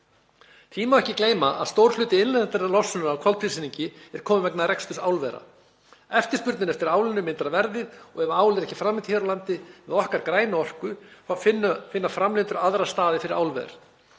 Því má ekki gleyma að stór hluti innlendrar losunar á koltvísýringi er til kominn vegna reksturs álvera. Eftirspurnin eftir álinu myndar verðið og ef ál er ekki framleitt hér á landi með okkar grænu orku þá finna framleiðendur aðra staði fyrir álver.